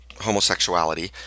homosexuality